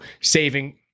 saving